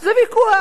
זה ויכוח,